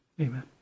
amen